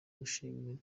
kwishimira